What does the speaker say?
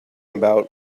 about